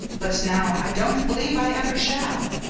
but now i don't believe i ever shall.